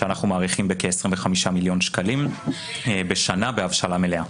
שאנחנו מעריכים בכ-25,000,000 שקלים בשנה בהבשלה מלאה.